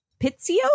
Pizio